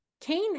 Cain